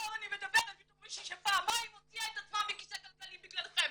הפעם אני מדברת בתור מישהי שפעמיים הוציאה את עצמה מכיסא גלגלים בגללכם.